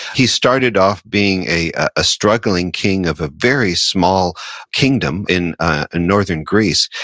he started off being a a struggling king of a very small kingdom in ah northern greece.